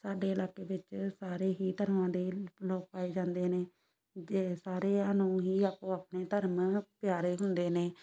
ਸਾਡੇ ਇਲਾਕੇ ਵਿੱਚ ਸਾਰੇ ਹੀ ਧਰਮਾਂ ਦੇ ਲੋਕ ਪਾਏ ਜਾਂਦੇ ਨੇ ਅਤੇ ਸਾਰਿਆਂ ਨੂੰ ਹੀ ਆਪੋ ਆਪਣੇ ਧਰਮ ਪਿਆਰੇ ਹੁੰਦੇ ਨੇ